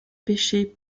péchés